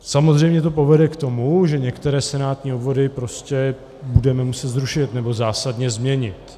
Samozřejmě to povede k tomu, že některé senátní obvody budeme muset zrušit nebo zásadně změnit.